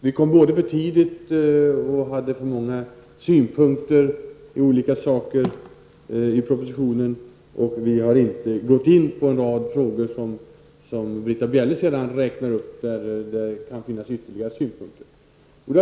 Vi kom både för tidigt och hade för många synpunkter på olika saker när det gäller propositionen. Vidare menar Britta Bjelle att vi inte har gått in på en rad frågor som hon räknade upp och där det kan finnas ytterligare synpunkter.